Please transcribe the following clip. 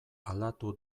aldatu